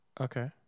okay